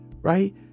right